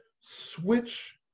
switch